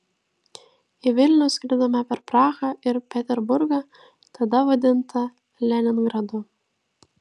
į vilnių skridome per prahą ir peterburgą tada vadintą leningradu